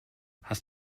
hast